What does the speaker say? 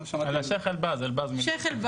על השייח' אלבז.